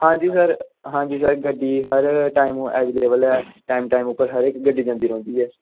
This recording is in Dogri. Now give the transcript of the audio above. हां जी सर हां जी सर गड्डी हर टाइम अवेलेबल ऐ टैम टैम उप्पर हर इक गड्डी जंदी रौंह्दी ऐ